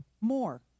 More